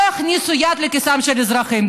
שלא יכניסו יד לכיסם של אזרחים.